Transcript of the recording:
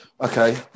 Okay